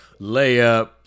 layup